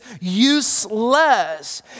useless